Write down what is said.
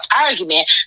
argument